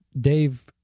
Dave